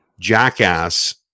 jackass